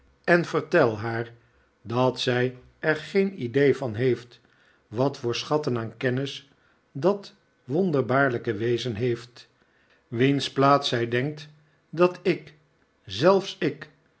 en vertel haar dat zij er geen idee van heeft wat voor schatten aan kennis dat wonderbaarlijke wezen heeft wiens plaats zij denkt dat ik zelfs ik